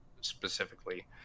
specifically